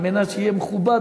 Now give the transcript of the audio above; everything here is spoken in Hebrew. כדי שיהיה מכובד,